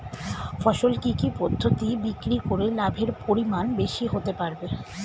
ফসল কি কি পদ্ধতি বিক্রি করে লাভের পরিমাণ বেশি হতে পারবে?